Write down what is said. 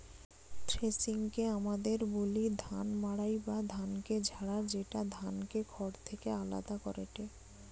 থ্রেশিংকে আমদের বলি ধান মাড়াই বা ধানকে ঝাড়া, যেটা ধানকে খড় থেকে আলদা করেটে